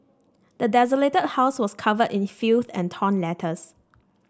the desolated house was covered in filth and torn letters